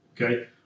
okay